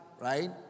right